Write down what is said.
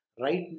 Right